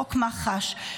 חוק מח"ש,